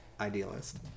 idealist